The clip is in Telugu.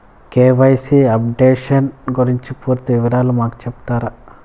కె.వై.సి అప్డేషన్ గురించి పూర్తి వివరాలు మాకు సెప్తారా?